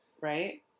right